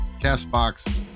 Castbox